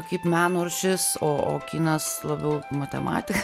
kaip meno rūšis o kinas labiau matematika